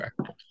Okay